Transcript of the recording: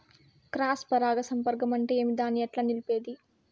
Cross పరాగ సంపర్కం అంటే ఏమి? దాన్ని ఎట్లా నిలిపేది?